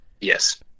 Yes